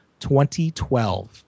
2012